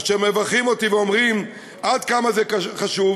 אשר מברכים אותי ואומרים עד כמה זה חשוב